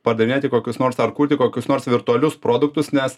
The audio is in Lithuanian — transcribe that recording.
pardavinėti kokius nors ar kurti kokius nors virtualius produktus nes